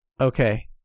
okay